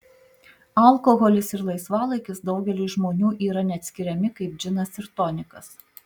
alkoholis ir laisvalaikis daugeliui žmonių yra neatskiriami kaip džinas ir tonikas